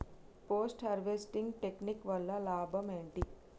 Post harvesting technique వల్ల లాభం ఏంటి?